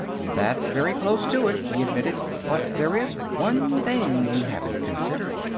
that's very close to it, he admitted. but there is one thing you haven't considered.